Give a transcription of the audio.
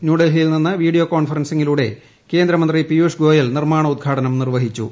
ന്യൂഡൽഹിയിൽ നിന്ന് വീഡിയോ കോൺഫറ്റെൻസിംഗിലൂടെ കേന്ദ്ര മന്ത്രി പീയുഷ് ഗോയൽ പ്പിർമ്മാണ ഉദ്ഘാടനം നിർവ്വഹിച്ചു